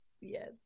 yes